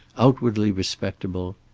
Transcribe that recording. outwardly respectable.